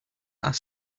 are